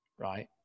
right